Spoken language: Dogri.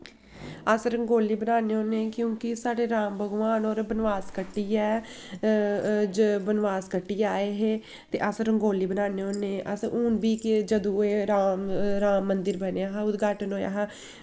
अस रंगोली बनान्ने होन्ने क्योंकि साढ़े राम भगवान होर वनवास कट्टियै वनवास कट्टियै आए हे ते अस रंगोली बनान्ने होन्ने अस हून बी जदूं एह् राम राम मंदर बनेआ हा उद्धाटन होआ हा